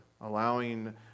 allowing